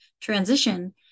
transition